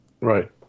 Right